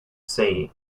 saying